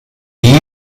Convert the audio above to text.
the